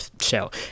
show